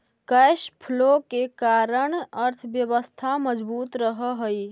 cash flow के कारण अर्थव्यवस्था मजबूत रहऽ हई